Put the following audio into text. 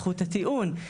זכות הטיעון,